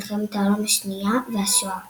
מלחמת העולם השנייה והשואה